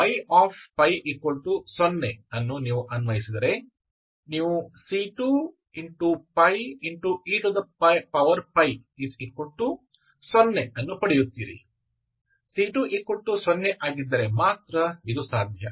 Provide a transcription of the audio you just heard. ಆದ್ದರಿಂದ y0 ಅನ್ನು ನೀವು ಅನ್ವಯಿಸಿದರೆ ನೀವು c2e0 ಅನ್ನು ಪಡೆಯುತ್ತೀರಿ c20 ಆಗಿದ್ದರೆ ಮಾತ್ರ ಇದು ಸಾಧ್ಯ